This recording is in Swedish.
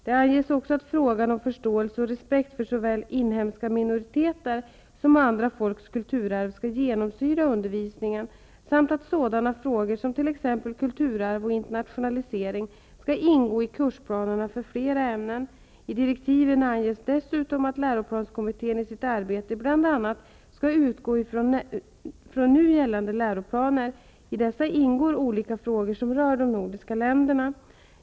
Det anges också att frågan om förståelse och respekt för såväl inhemska minoriteter som andra folks kulturarv skall genomsyra undervisningen samt att sådana frågor som t.ex. kulturarv och internationalise ring skall ingå i kursplanerna för flera ämnen. I direktiven anges dessutom att läroplanskommittén i sitt arbete bl.a. skall utgå från nu gällande läro planer. I dessa ingår olika frågor som rör de nor diska länderna.